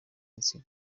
insina